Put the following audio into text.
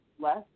less